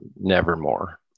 Nevermore